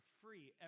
free